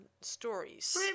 stories